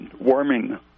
warming